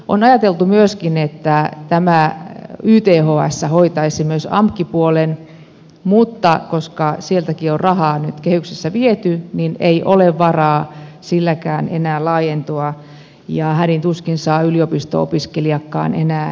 on ajateltu myöskin että tämä yths hoitaisi myös amk puolen mutta koska sieltäkin on rahaa nyt kehyksessä viety ei ole varaa silläkään enää laajentua ja se hädin tuskin saa yliopisto opiskelijatkaan enää hyvin hoidettua